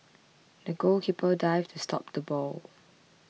the goalkeeper dived to stop the ball